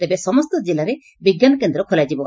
ତେବେ ସମସ୍ତ ଜିଲ୍ଲାରେ ବିଙ୍କାନ କେନ୍ଦ୍ର ଖୋଲାଯିବ